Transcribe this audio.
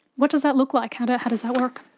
what does that look like, how does how does that work?